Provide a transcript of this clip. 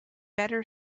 better